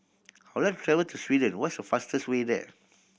would like to travel to Sweden what's the fastest way there